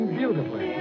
beautifully